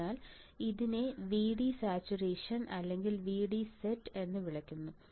അതിനാൽ ഇതിനെ VD saturation അല്ലെങ്കിൽ VD സെറ്റ് എന്നും വിളിക്കുന്നു